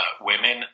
women